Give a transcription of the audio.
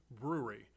Brewery